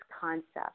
concept